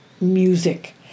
music